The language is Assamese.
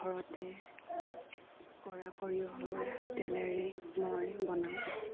ঘৰতে কৰা সৰিয়হৰ তেলেৰে মই বনাওঁ